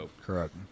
Correct